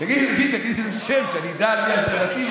תגיד איזה שם, שאני אדע מי האלטרנטיבה.